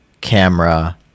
camera